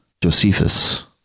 Josephus